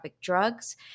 drugs